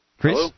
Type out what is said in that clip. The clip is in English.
Chris